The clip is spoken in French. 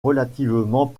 relativement